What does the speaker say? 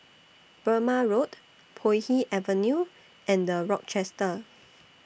Burmah Road Puay Hee Avenue and The Rochester